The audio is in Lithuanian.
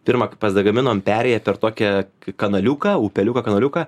pirma pasigaminom perėją per tokią kanaliuką upeliuką kanaliuką